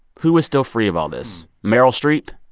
who is still free of all this meryl streep?